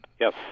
Yes